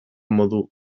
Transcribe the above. modu